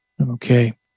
Okay